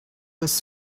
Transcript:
was